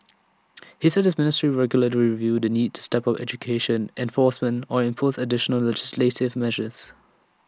he said his ministry will regularly review the need to step up education enforcement or impose additional legislative measures